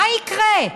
מה יקרה?